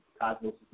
Cosmos